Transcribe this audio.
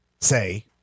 say